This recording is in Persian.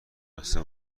بسته